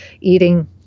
eating